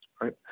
right